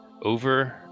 over